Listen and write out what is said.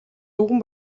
өвгөн